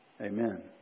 Amen